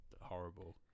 Horrible